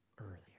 earlier